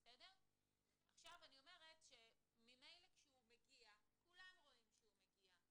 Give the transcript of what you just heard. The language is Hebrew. ממילא כשהוא מגיע כולם רואים שהוא מגיע,